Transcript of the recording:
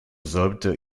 sollte